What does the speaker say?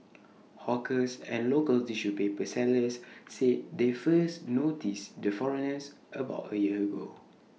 hawkers and local tissue paper sellers said they first noticed the foreigners about A year ago